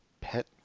pet